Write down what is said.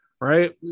right